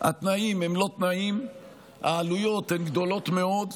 התנאים הם לא תנאים, העלויות הן גדולות מאוד,